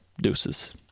deuces